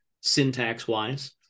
syntax-wise